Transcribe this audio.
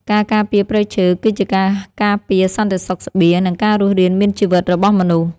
ការការពារព្រៃឈើ គឺជាការការពារសន្តិសុខស្បៀង និងការរស់រានមានជីវិតរបស់មនុស្ស។